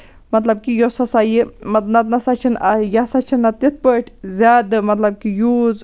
مطلب کہِ یُس ہسا یہِ نتہٕ نسا چھِنہٕ یہِ ہسا چھِ نتہٕ تِتھ پٲٹھۍ زیادٕ مطلب کہِ یوٗز